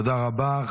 תודה רבה.